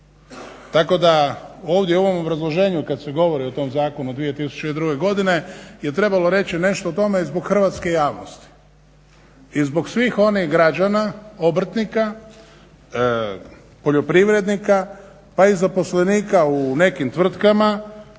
tako da ovdje u ovom obrazloženju kad se govori o tom zakonu 2002. godine je trebalo reći nešto o tome i zbog hrvatske javnosti i zbog svih onih građana obrtnika, poljoprivrednika pa i zaposlenika u nekim tvrtkama